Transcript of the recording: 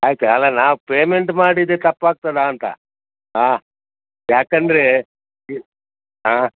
ಆಯ್ತು ಅಲ್ಲ ನಾವು ಪೇಮೆಂಟ್ ಮಾಡಿದ್ದೆ ತಪ್ಪು ಆಗ್ತದ ಅಂತ ಹಾಂ ಯಾಕೆಂದರೆ ಈ ಹಾಂ